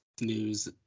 news